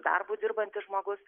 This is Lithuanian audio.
darbu dirbantis žmogus